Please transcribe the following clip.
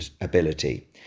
ability